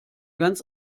ganz